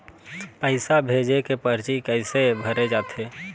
पैसा भेजे के परची कैसे भरे जाथे?